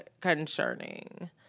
concerning